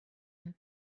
and